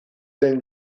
den